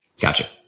Gotcha